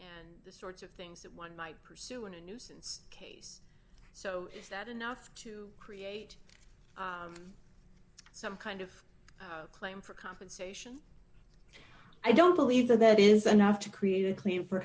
and the sorts of things that one might pursue in a nuisance case so is that enough to create some kind of claim for compensation i don't believe that that is enough to create a clean for